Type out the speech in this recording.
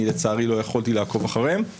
לצערי לא יכולתי לעקוב אחריהם.